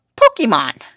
Pokemon